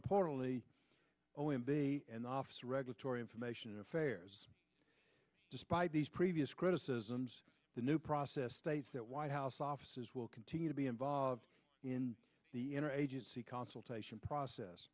importantly o m b and the office regulatory information affairs despite these previous criticisms the new process states that white house offices will continue to be involved in the interagency consultation process